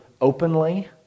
openly